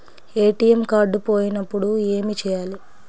ATM card పోయినప్పుడు ఏమి చేయాలి?